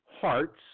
hearts